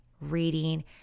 reading